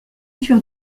furent